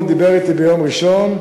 הוא דיבר אתי ביום ראשון,